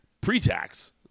pre-tax